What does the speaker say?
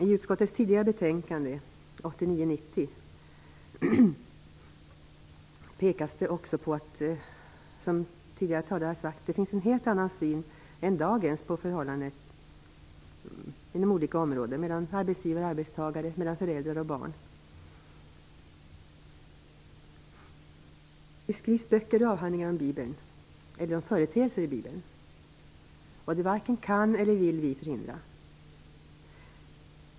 I utskottets tidigare betänkande från 1989/90 pekas det på att det fanns en helt annan syn än dagens på förhållanden inom olika områden - mellan arbetsgivare och arbetstagare, mellan förälder och barn. Det skrivs böcker och avhandlingar om Bibeln eller om företeelser i Bibeln. Det varken kan eller vill vi förhindra.